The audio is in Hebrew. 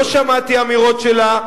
לא שמעתי אמירות שלה,